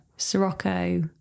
sirocco